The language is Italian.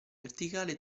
verticale